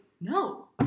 No